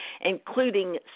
including